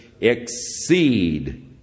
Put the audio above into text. exceed